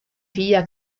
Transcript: figlia